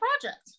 project